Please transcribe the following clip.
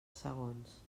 segons